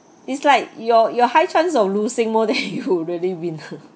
it's like you're you're high chance of losing more than you really win